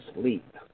sleep